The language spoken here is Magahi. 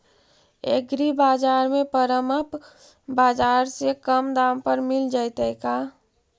एग्रीबाजार में परमप बाजार से कम दाम पर मिल जैतै का?